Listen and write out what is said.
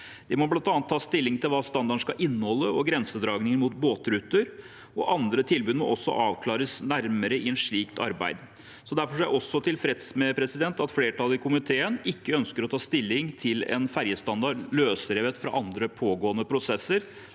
Det må bl.a. tas stilling til hva standarden skal inneholde, og grensedragninger mot båtruter, og andre tilbud må også avklares nærmere i et slikt arbeid. Derfor er jeg også tilfreds med at flertallet i komiteen ikke ønsker å ta stilling til en ferjestandard løsrevet fra andre pågående prosesser,